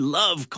love